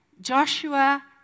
Joshua